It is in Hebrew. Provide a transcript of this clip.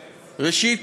ראשית,